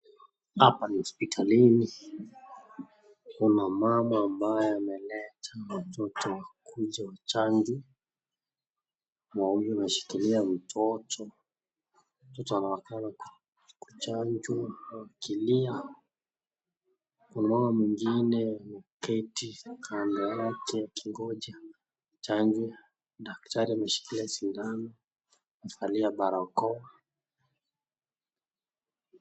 Hapa ni hospitalini kuna mama ambaye ameleta mtoto kuja uchanjo, mama huyo ameshikilia mtoto, mtoto anaonekana kuchanjwa akilia kunao mwingine ameketi kando yake akingoja chanjo. Daktari ameshikilia sindano amevalia barakoa ...